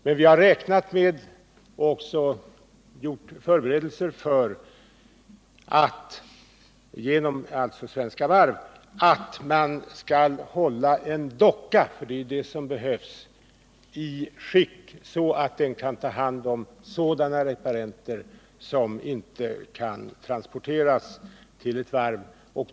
Men vi har räknat med och genom Svenska Varv gjort förberedelser för att man skall hålla en docka — det är ju det som behövs — i skick så att den kan ta emot sådana reparenter som inte kan transporteras till ett varv.